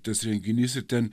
tas renginys ir ten